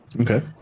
Okay